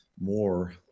more